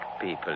people